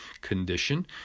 condition